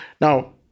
Now